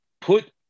put